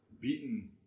beaten